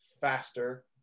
faster